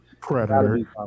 predator